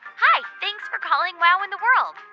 hi. thanks for calling wow in the world.